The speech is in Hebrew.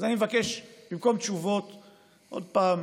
אז אני מבקש שבמקום תשובות שעוד פעם